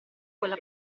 quella